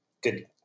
good